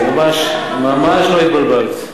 ממש לא התבלבלת.